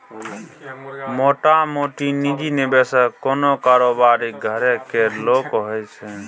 मोटामोटी निजी निबेशक कोनो कारोबारीक घरे केर लोक होइ छै